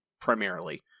primarily